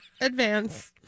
Advance